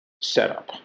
setup